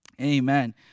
Amen